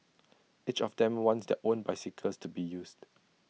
each of them wants their own bicycles to be used